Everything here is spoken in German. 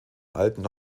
alten